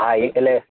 હા એ એટલે